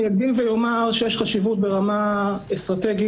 אני אקדים ואומר שיש חשיבות ברמה אסטרטגית